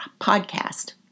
podcast